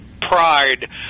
pride